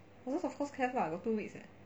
horses of course have lah got two weeks leh